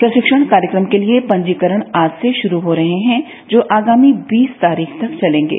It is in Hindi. प्रशिक्षण कार्यक्रम के लिए पंजीकरण आज से शुरू हो रहे हैं जो आगामी बीस तारीख तक चलेंगे